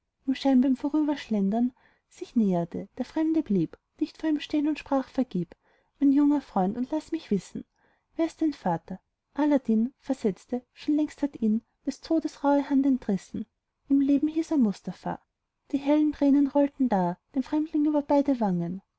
scheinbar im vorüberschlendern sich näherte der fremde blieb dicht vor ihm stehn und sprach vergib mein junger freund und laß mich wissen wer ist dein vater aladdin versetzte längst schon hat mir ihn des todes rauhe hand entrissen im leben hieß er mustapha die hellen tränen rollten da dem fremdling über beide wangen